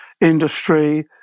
industry